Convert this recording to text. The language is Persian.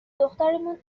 دخترمون